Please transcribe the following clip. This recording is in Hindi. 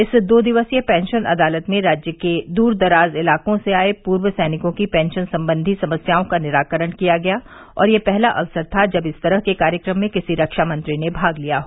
इस दो दिवसीय पेंशन अदालत में राज्य के दूर दराज इलाकों से आये पूर्व सैनिकों की पेंशन संबंधी समस्याओं का निराकरण किया गया और यह पहला अवसर था कि जब इस तरह के कार्यक्रम में किसी रक्षामंत्री ने भाग लिया हो